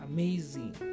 Amazing